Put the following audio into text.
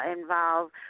involved